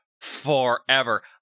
forever